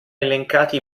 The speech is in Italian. elencati